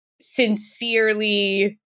sincerely